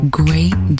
great